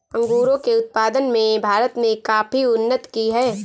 अंगूरों के उत्पादन में भारत ने काफी उन्नति की है